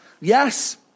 Yes